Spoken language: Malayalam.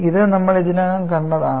ഇത് നമ്മൾ ഇതിനകം കണ്ടതാണ്